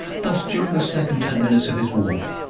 thus during the second ten minutes of his walk,